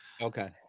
Okay